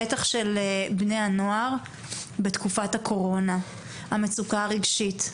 בטח של בני הנוער בתקופת הקורונה המצוקה הרגשית,